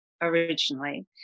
originally